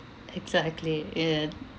exactly ya